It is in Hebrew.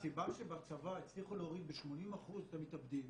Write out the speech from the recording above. הסיבה שבצבא הצליחו להוריד ב-80% את המתאבדים,